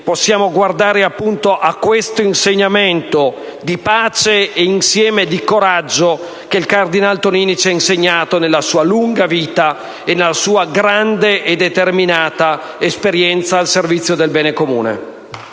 possiamo guardare all'insegnamento di pace e insieme di coraggio che il cardinale Tonini ci ha trasmesso nella sua lunga vita e nella sua grande e determinata esperienza al servizio del bene comune.